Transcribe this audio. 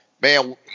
Man